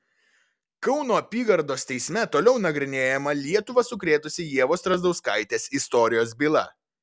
kauno apygardos teisme toliau nagrinėjama lietuvą sukrėtusį ievos strazdauskaitės istorijos byla